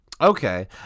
Okay